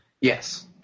Yes